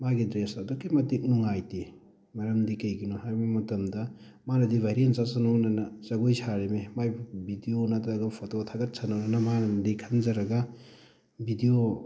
ꯃꯥꯒꯤ ꯗ꯭ꯔꯦꯁ ꯑꯗꯨꯛꯀꯤ ꯃꯇꯤꯛ ꯅꯨꯡꯉꯥꯏꯇꯦ ꯃꯔꯝꯗꯤ ꯀꯩꯒꯤꯅꯣ ꯍꯥꯏꯕ ꯃꯇꯝꯗ ꯃꯥꯅꯗꯤ ꯚꯥꯏꯔꯦꯜ ꯆꯠꯁꯅꯨꯅ ꯖꯒꯣꯏ ꯁꯔꯤꯕꯅꯤ ꯃꯥꯏ ꯚꯤꯗꯤꯑꯣ ꯅꯠꯇ꯭ꯔꯒ ꯐꯣꯇꯣ ꯊꯥꯒꯠꯁꯅꯨꯅ ꯃꯥꯅꯗꯤ ꯈꯟꯖꯔꯒ ꯚꯤꯗꯤꯑꯣ